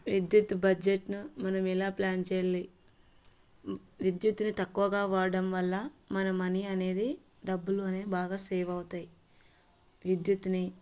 విద్యుత్ బడ్జెట్ను మనం ఎలా ప్లాన్ చేయాలి విద్యుత్ని తక్కువగా వాడడం వల్ల మన మనీ అనేది డబ్బులు అనే బాగా సేవ్ అవుతాయి విద్యుత్ని